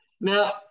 Now